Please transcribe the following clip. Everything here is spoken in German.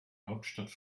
hauptstadt